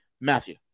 Matthew